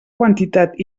quantitat